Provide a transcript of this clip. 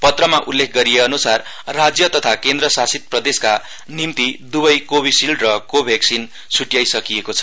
पत्रमा उल्लेख गरिए अनुसार राज्य तथा केन्द्रशासित प्रदेशका निम्ति दुवै कोविडसिल्ड र कोभेक्सिन छुट्याइएको छ